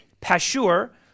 Pashur